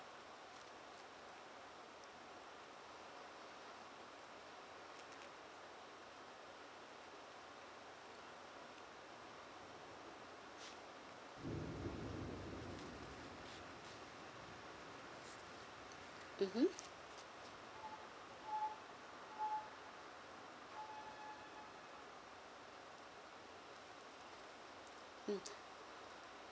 mmhmm mm